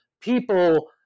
people